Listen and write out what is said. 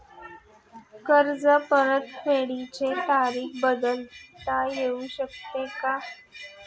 कर्ज परतफेडीची तारीख बदलता येऊ शकते का?